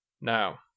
Now